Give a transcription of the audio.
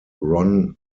ron